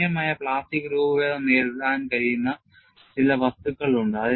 ഗണ്യമായ പ്ലാസ്റ്റിക് രൂപഭേദം നേരിടാൻ കഴിയുന്ന ചില വസ്തുക്കൾ ഉണ്ട്